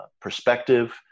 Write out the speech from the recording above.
perspective